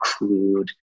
include